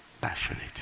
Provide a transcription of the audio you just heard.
passionate